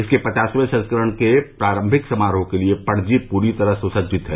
इसके पचासवें संस्करण के प्रारंभिक समारोह के लिए पणजी पूरी तरह सुसज्जित है